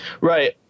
Right